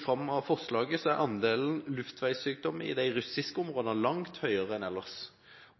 fram av forslaget, er andelen luftveissykdommer i de russiske områdene langt høyere enn ellers,